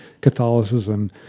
catholicism